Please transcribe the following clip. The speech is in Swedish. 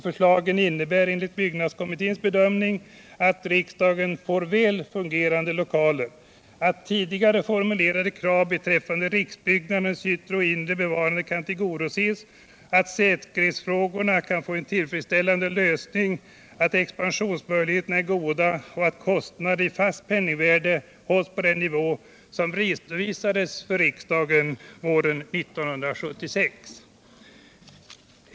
Förslaget innebär enligt byggnadskommitténs bedömning att riksdagen får väl fungerande lokaler, att tidigare formulerade krav beträffande riksbyggnadernas yttre och inre bevarande kan tillgodoses, att säkerhetsfrågorna kan få en tillfredsställande lösning, att expansionsmöjligheterna är goda och att kostnaderna i fast penningvärde hålls på den nivå som redovisades för riksdagen våren 1976.